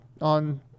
on